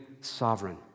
sovereign